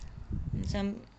macam